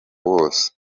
wose